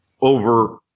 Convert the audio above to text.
over